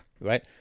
right